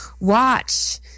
watch